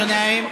מסעוד גנאים,